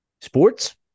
sports